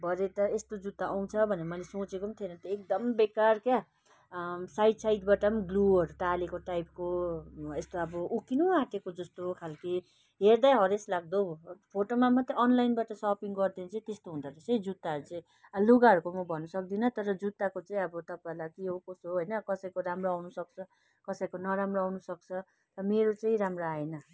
भरे त यस्तो जुत्ता आउँछ भनेर मैले सोचेको थिइनँ एकदम बेकार क्या साइड साइडबाट ग्लुहरू टालेको टाइपको यस्तो अब उक्किनु आँटेको जस्तो खाले हेर्दै हरेस लाग्दो फोटोमा मात्रै अनलाइनबाट सपिङ गर्दा चाहिँ त्यस्तो हुँदोरहेछ जुत्ताहरू चाहिँ आ लुगाहरूको म भन्नु सक्दिनँ तर जुत्ताको चाहिँ अब तपाईँहरूलाई के हो कसो हो होइन कसैको राम्रो आउनु सक्छ कसैको नराम्रो आउनु सक्छ मेरो चाहिँ राम्रो आएन